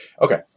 Okay